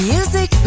Music